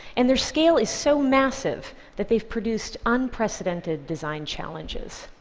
and their scale is so massive that they've produced unprecedented design challenges.